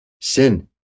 sin